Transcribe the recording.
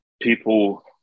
people